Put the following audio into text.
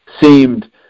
seemed